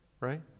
right